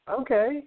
Okay